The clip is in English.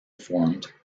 formed